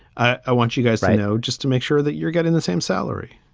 i want you guys i know just to make sure that you're getting the same salary